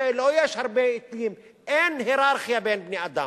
זה לא, יש הרבה, אין הייררכיה בין בני-אדם.